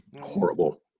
horrible